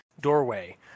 doorway